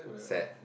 sad